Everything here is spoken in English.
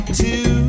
two